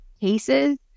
cases